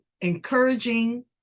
encouraging